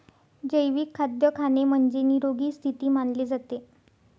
जैविक खाद्य खाणे म्हणजे, निरोगी स्थिती मानले जाते